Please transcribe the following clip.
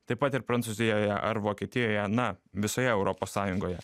taip pat ir prancūzijoje ar vokietijoje na visoje europos sąjungoje